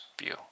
view